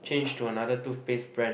change to another tooth paste brand